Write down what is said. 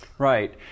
Right